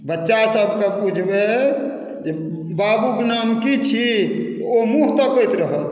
बच्चा सभके पुछबै जे बाबूक नाम की छी तऽ ओ मुँह तकैत रहत